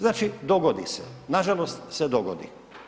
Znači dogodi se, nažalost se dogodi.